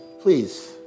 please